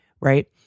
right